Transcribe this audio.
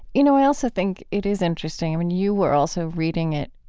you know, i also think it is interesting. i mean, you were also reading it,